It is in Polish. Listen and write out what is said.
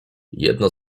jedno